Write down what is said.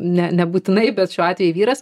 ne nebūtinai bet šiuo atveju vyras